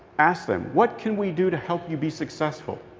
ask them, what can we do to help you be successful?